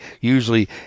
usually